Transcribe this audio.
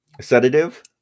Sedative